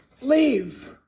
leave